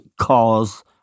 cause